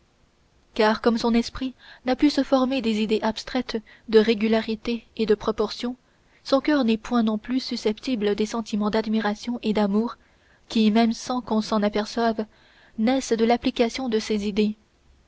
car comme son esprit n'a pu se former des idées abstraites de régularité et de proportion son coeur n'est point non plus susceptible des sentiments d'admiration et d'amour qui même sans qu'on s'en aperçoive naissent de l'application de ces idées